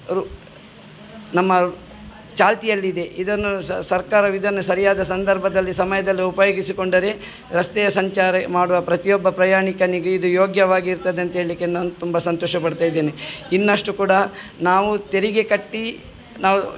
ರು ನಮ್ಮ ಚಾಲ್ತಿಯಲ್ಲಿದೆ ಇದನ್ನು ಸರ್ಕಾರ ಇದನ್ನು ಸರಿಯಾದ ಸಂದರ್ಭದಲ್ಲಿ ಸಮಯದಲ್ಲಿ ಉಪಯೋಗಿಸಿಕೊಂಡರೆ ರಸ್ತೆಯ ಸಂಚಾರ ಮಾಡುವ ಪ್ರತಿಯೊಬ್ಬ ಪ್ರಯಾಣಿಕನಿಗೂ ಇದು ಯೋಗ್ಯವಾಗಿರ್ತದೆ ಅಂತ ಹೇಳಲಿಕ್ಕೆ ನಾನು ತುಂಬಾ ಸಂತೋಷ ಪಡ್ತಾಯಿದ್ದೇನೆ ಇನ್ನಷ್ಟು ಕೂಡ ನಾವು ತೆರಿಗೆ ಕಟ್ಟಿ ನಾವು